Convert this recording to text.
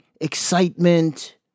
excitement